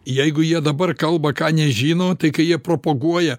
jeigu jie dabar kalba ką nežino tai kai jie propaguoja